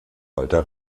walter